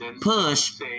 Push